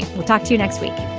we'll talk to you next week